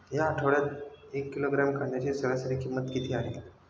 या आठवड्यात एक किलोग्रॅम कांद्याची सरासरी किंमत किती आहे?